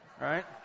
Right